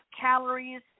calories